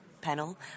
panel